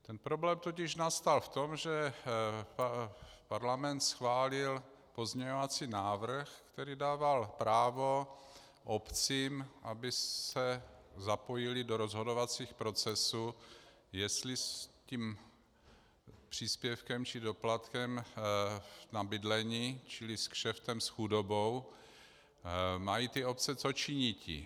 Ten problém totiž nastal v tom, že parlament schválil pozměňovací návrh, který dával právo obcím, aby se zapojily do rozhodovacích procesů, jestli s tím příspěvkem či doplatkem na bydlení, čili s kšeftem s chudobou, mají obce co činiti.